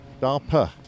DARPA